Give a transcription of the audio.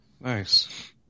Nice